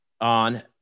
on